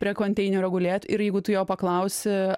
prie konteinerio gulėt ir jeigu tu jo paklausi